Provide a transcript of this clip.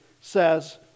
says